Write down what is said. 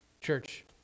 Church